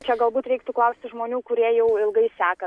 čia galbūt reiktų klausti žmonių kurie jau ilgai seka